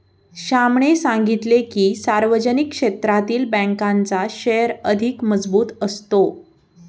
श्यामने सांगितले की, सार्वजनिक क्षेत्रातील बँकांचा शेअर अधिक मजबूत असतो